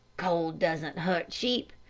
cold doesn't hurt sheep.